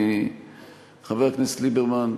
חבר הכנסת ליברמן,